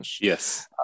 Yes